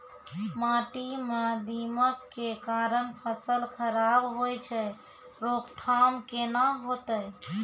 माटी म दीमक के कारण फसल खराब होय छै, रोकथाम केना होतै?